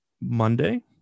Monday